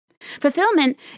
Fulfillment